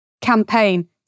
campaign